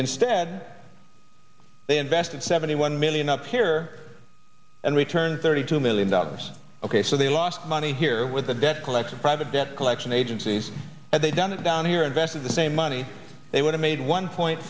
instead they invested seventy one million up here and returned thirty two million dollars ok so they lost money here with the debt collection private debt collection agencies and they done it down here invested the same money they would have made one point